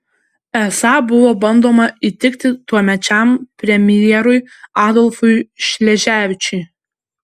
esą buvo bandoma įtikti tuomečiam premjerui adolfui šleževičiui